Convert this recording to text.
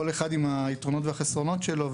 כל אחד עם היתרונות והחסרונות שלו,